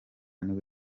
nibwo